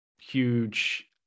Huge